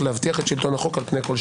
להבטיח את שלטון החוק על פני כל שיקול אחר.